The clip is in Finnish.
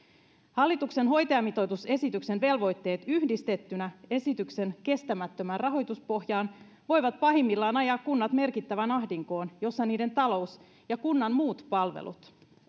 hallituksen hoitajamitoitusesityksen velvoitteet yhdistettynä esityksen kestämättömään rahoituspohjaan voivat pahimmillaan ajaa kunnat merkittävään ahdinkoon jossa niiden talous ja kunnan muut palvelut